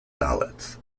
dalits